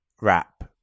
wrap